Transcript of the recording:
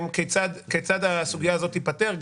כיצד הסוגיה הזו תיפתר,